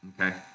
Okay